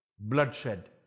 Bloodshed